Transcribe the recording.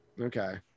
Okay